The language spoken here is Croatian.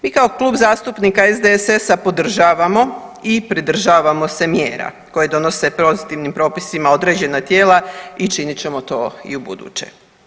Mi kao Klub zastupnika SDSS-a podržavamo i pridržavamo se mjera koje donose pozitivnim propisima određena tijela i činit ćemo to i u buduće.